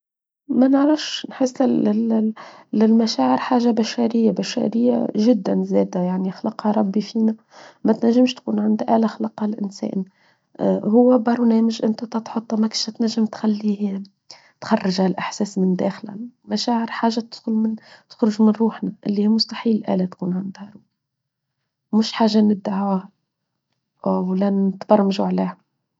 ما نعرفش نحس للمشاعر حاجة بشارية بشارية جدا زادة يعني خلقها ربي فينا ما تنجمش تكون عند آلة خلقها الإنسان هو برونامج أنت تتحطى ما تنجم تخليه تخرجها الأحساس من داخله مشاعر حاجة تخرج من روحنا اللي هي مستحيل آلة تكون عندها روح مش حاجة نبدعها ولا نتبرمجوا عليها.